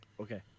okay